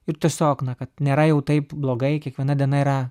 ir tiesiog na kad nėra jau taip blogai kiekviena diena yra